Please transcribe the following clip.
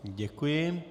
Děkuji.